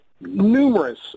numerous